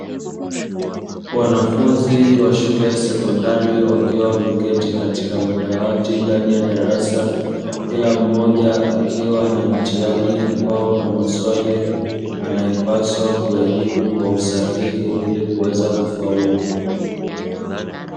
Wanafunzi wa shule ya sekondari wakiwa wameketi katika madawati ndani ya darasa, kila mmoja akiwa na mtihani ambao una maswali anayopaswa kuyajibu kwa usahihi ili kuweza kufaulu.